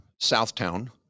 Southtown